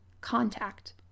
contact